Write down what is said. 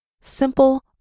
Simple